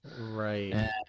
right